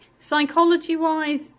Psychology-wise